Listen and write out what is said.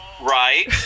right